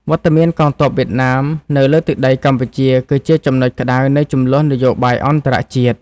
វត្តមានកងទ័ពវៀតណាមនៅលើទឹកដីកម្ពុជា គឺជាចំណុចក្តៅនៃជម្លោះនយោបាយអន្តរជាតិ។